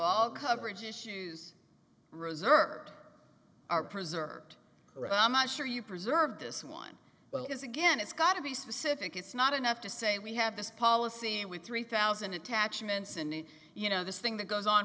e coverage issues reserved are preserved right i'm not sure you preserve this one but it is again it's got to be specific it's not enough to say we have this policy with three thousand attachments in it you know this thing that goes on